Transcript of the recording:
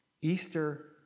Easter